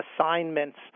assignments